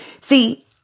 See